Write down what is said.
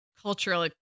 cultural